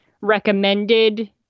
recommended